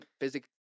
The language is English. physics